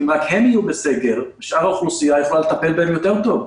אם רק הם יהיו בסגר שאר האוכלוסייה יכולה לטפל בהם טוב יותר.